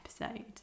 episode